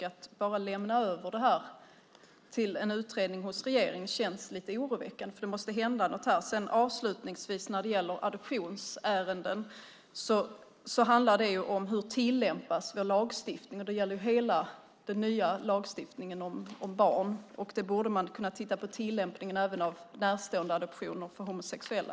Att bara lämna över det här till en utredning hos regeringen känns lite oroväckande, för det måste hända något här. Avslutningsvis gäller det adoptionsärenden. Det handlar då om hur vår lagstiftning tillämpas. Det gäller hela den nya lagstiftningen om barn. Där borde man även kunna titta på tillämpningen av närståendeadoptioner för homosexuella.